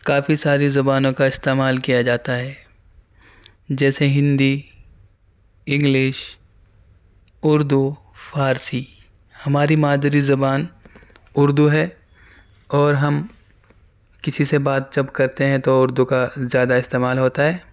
کافی ساری زبانوں کا استعمال کیا جاتا ہے جیسے ہندی انگلش اردو فارسی ہماری مادری زبان اردو ہے اور ہم کسی سے بات جب کرتے ہیں تو اردو کا زیادہ استعمال ہوتا ہے